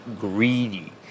greedy